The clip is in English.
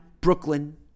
Brooklyn